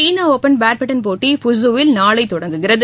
சீன open badminton போட்டி ஃபுகுவில் நாளை தொடங்குகிறது